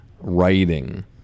writing